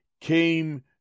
came